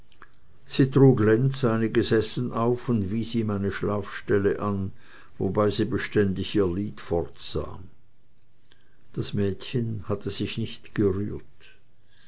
sie trug lenz einiges essen auf und wies ihm eine schlafstelle an wobei sie beständig ihr lied fortsang das mädchen hatte sich nicht gerührt